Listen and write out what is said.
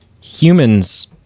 humans